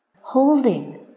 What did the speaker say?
holding